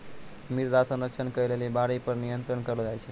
मृदा संरक्षण करै लेली बाढ़ि पर नियंत्रण करलो जाय छै